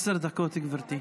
עשר דקות, גברתי.